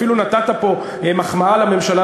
אפילו נתת פה מחמאה לממשלה,